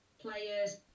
players